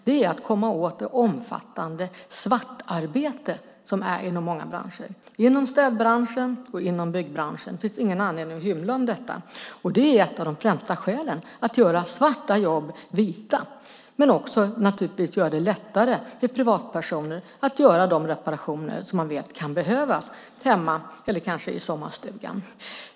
Det är att komma åt det omfattande svartarbete som sker inom många branscher, inom städbranschen och inom byggbranschen. Det finns ingen anledning att hymla om detta. Det är ett av de främsta skälen, att göra svarta jobb vita, men också naturligtvis att göra det lättare för privatpersoner att göra de reparationer som man vet kan behövas hemma eller kanske i sommarstugan.